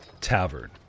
tavern